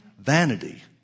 vanity